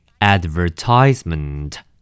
Advertisement